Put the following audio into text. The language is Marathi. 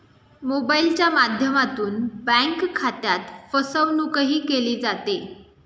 मोबाइलच्या माध्यमातून बँक खात्यात फसवणूकही केली जाते